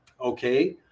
Okay